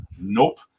Nope